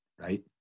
right